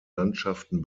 landschaften